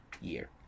year